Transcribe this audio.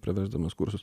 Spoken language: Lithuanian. priversdamas kursus